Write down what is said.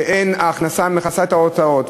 שאין ההכנסה מכסה את ההוצאות.